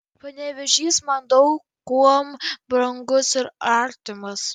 panevėžys man daug kuom brangus ir artimas